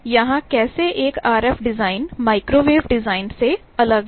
यहां कैसे F RF design microwave design से अलग है